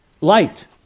light